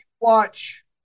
watch